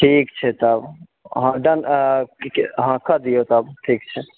ठीक छै तब अहाँ डन हँ कऽ दिओ तब ठीक छै